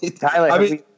Tyler